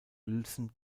uelzen